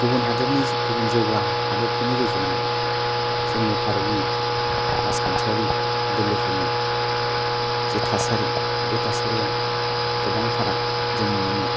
गुबुन हादरनि गुबुन जौगा हादरफोरनि रुजुनायाव जोंनि भारतनि राजखान्थियारि दोलोफोरनि जे थासारि बे थासारिया गोबां फाराग जों नुनो मोनो